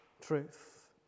truth